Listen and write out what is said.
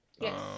Yes